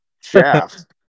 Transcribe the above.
shaft